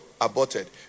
aborted